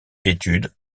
étude